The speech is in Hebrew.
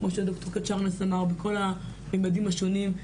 בכול המימדים שונים,